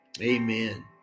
amen